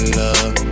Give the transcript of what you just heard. love